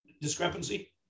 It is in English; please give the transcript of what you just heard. discrepancy